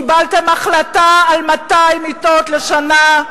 קיבלתם החלטה על 200 מיטות לשנה,